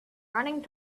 running